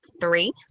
Three